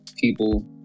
people